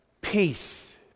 Peace